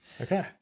Okay